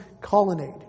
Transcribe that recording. colonnade